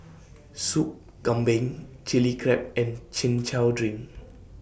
Soup Kambing Chili Crab and Chin Chow Drink